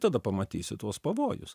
tada pamatysi tuos pavojus